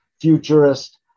futurist